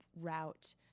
route